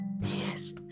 yes